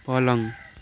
पलङ